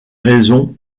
raison